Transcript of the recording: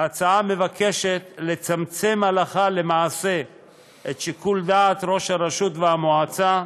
ההצעה מבקשת לצמצם הלכה למעשה את שיקול הדעת של ראש הרשות והמועצה,